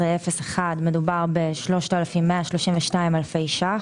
261101 - מדובר ב,3,132 אלפי ₪.